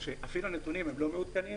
אז יש פה כל מיני נושאים שאנחנו מתמודדים אתם,